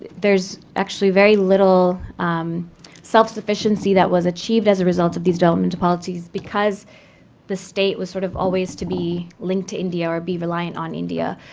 there's actually very little self-sufficiency that was achieved as a result of these development policies because the state was sort of always to be linked to india or be reliant on india.